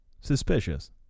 suspicious